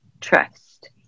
trust